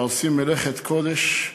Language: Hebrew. שעושים מלאכת קודש.